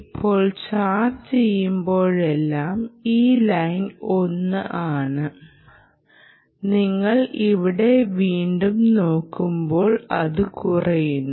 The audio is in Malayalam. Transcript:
ഇപ്പോൾ ചാർജ്ജ് ചെയ്യുമ്പോഴെല്ലാം ഈ ലൈൻ 1 ആണ് നിങ്ങൾ ഇവിടെ വീണ്ടും നോക്കുമ്പോൾ അത് കുറയുന്നു